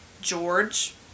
George